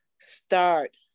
start